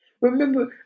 Remember